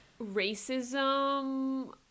racism